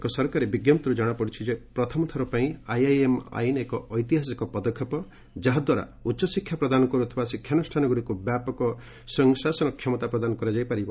ଏକ ସରକାରୀ ବିଞ୍ଜପ୍ତିରୁ ଜଣାପଡ଼ିଛି ଯେ ପ୍ରଥମଥର ପାଇଁ ଆଇଆଇଏମ୍ ଆଇନ ଏକ ଐତିହାସିକ ପଦକ୍ଷେପ ଯାହାଦ୍ୱାରା ଉଚ୍ଚଶିକ୍ଷା ପ୍ରଦାନ କରୁଥିବା ଶିକ୍ଷାନୁଷ୍ଠାନଗୁଡ଼ିକ ବ୍ୟାପକ ସ୍ୱୟଂଶାସନ କ୍ଷମତା ପ୍ରଦାନ କରାଯାଇ ପାରିବ